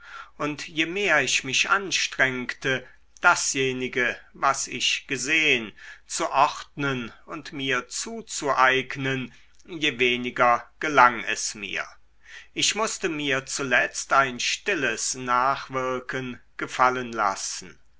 und je mehr ich mich anstrengte dasjenige was ich gesehn zu ordnen und mir zuzueignen je weniger gelang es mir ich mußte mir zuletzt ein stilles nachwirken gefallen lassen